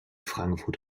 frankfurt